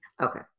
Okay